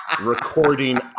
Recording